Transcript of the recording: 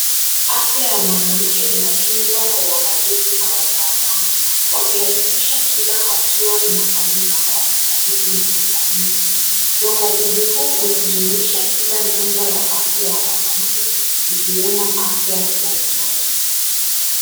Afya ya mwanamke inatunzwa kwa uangalifu na wataalam wakihakikisha kila hatua inafanyika kwa usahihi na ufanisi. Uangalizi huu unajumuisha kila nyanjo ya afya ya mwanamke ikiwemo afya ya mtoto.